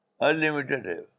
Unlimited